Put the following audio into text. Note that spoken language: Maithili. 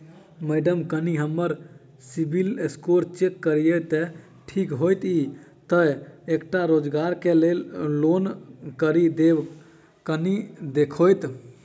माइडम कनि हम्मर सिबिल स्कोर चेक करियो तेँ ठीक हएत ई तऽ एकटा रोजगार केँ लैल लोन करि देब कनि देखीओत?